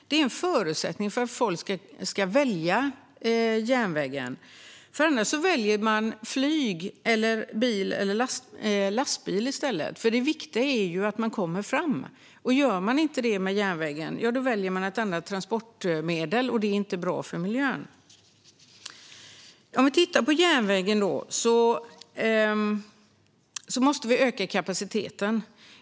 Det är en förutsättning för att folk ska välja järnvägen. Annars väljer man flyg, bil eller lastbil. Det viktiga är att man kommer fram, och gör man inte det med järnvägen väljer man ett annat transportmedel, vilket inte är bra för miljön. Vi måste öka kapaciteten på järnvägen.